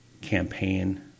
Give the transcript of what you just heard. campaign